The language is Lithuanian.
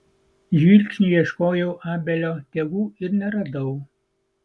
žvilgsniu ieškojau abelio tėvų ir neradau